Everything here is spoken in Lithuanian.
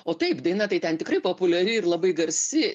o taip daina tai ten tikrai populiari ir labai garsi